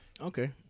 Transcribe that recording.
Okay